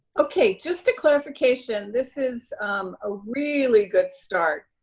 okay, just a clarification, this is a really good start,